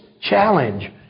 challenge